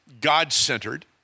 God-centered